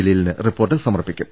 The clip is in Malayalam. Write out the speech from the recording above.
ജലീലിന് റിപ്പോർട്ട് സമർപ്പിക്കും